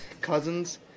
cousins